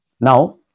Now